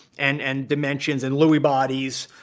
and and dementias and lewy bodies,